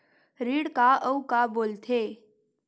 ऋण का अउ का बोल थे?